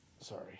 Sorry